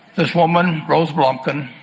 this, woman rose blumpkin